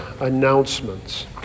announcements